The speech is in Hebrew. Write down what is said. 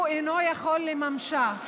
הוא אינו יכול לממשה.